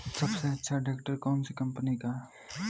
सबसे अच्छा ट्रैक्टर कौन सी कम्पनी का है?